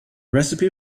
recipe